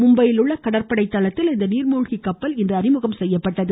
மும்பையில் உள்ள கடற்படை தளத்தில் இந்த நீாமூழ்கி கப்பல் இன்று அறிமுகம் செய்யப்பட்டது